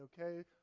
okay